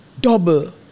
double